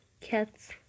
cats